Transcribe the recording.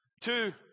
two